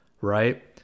right